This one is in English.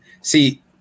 see